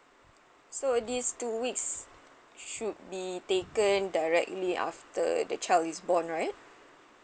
so these two weeks should be taken directly after the child is born right